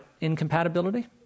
incompatibility